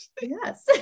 yes